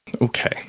Okay